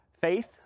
faith